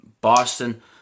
Boston